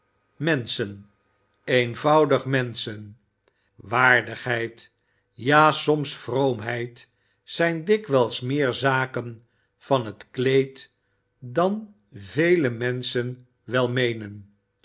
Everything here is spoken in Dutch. menschen eenvoudig menschen waardigheid ja soms vroomheid zijn dikwijls meer zaken van het kleed dan vele menschen wel meenen